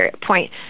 point